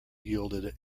yielded